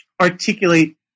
articulate